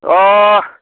अ'